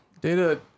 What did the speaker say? Data